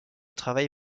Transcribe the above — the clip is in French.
travail